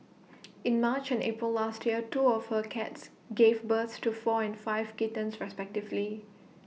in March and April last year two of her cats gave birth to four and five kittens respectively